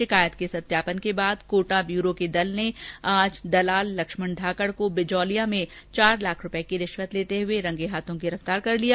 शिकायत के सत्यापन के बाद कोटा बयूरो के दल ने आज दलाल लक्ष्मण धाकड़ को बिजौलिया में चार लाख रूपए की रिश्वत लेते हुए रंगे हाथों गिरफ्तार कर लिया